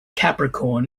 capricorn